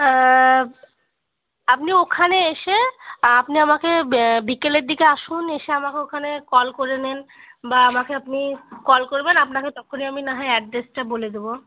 আপনি ওখানে এসে আপনি আমাকে বে বিকেলের দিকে আসুন এসে আমাকে ওখানে কল করে নেন বা আমাকে আপনি কল করবেন আপনাকে তক্ষুনি আমি নাহয় অ্যাড্রেসটা বলে দেবো